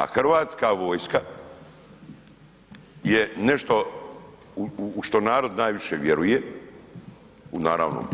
A Hrvatska vojska je nešto u što narod najviše vjeruje, naravno,